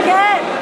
כן.